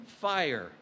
fire